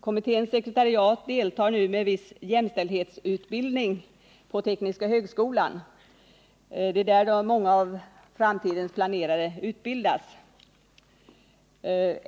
Kommitténs sekretariat deltar nu med viss jämställdhetsutbildning på Tekniska högskolan. Det är där många av framtidens planerare utbildas.